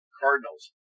cardinals